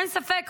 אין ספק,